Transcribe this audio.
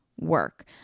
work